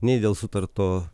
nei dėl sutarto